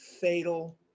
fatal